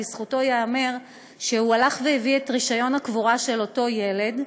לזכותו ייאמר שהוא הלך והביא את רישיון הקבורה של אותו ילד.